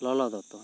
ᱞᱚᱞᱚ ᱫᱚᱛᱚ